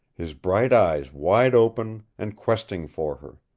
his bright eyes wide open and questing for her.